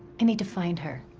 i need to find her.